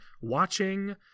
watching